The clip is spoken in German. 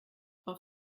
auf